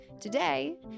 Today